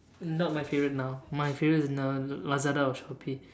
not my favorite now my favorite is now Lazada or Shopee